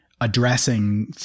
addressing